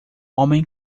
homem